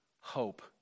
hope